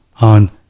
on